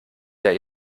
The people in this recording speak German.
der